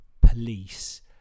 police